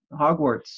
Hogwarts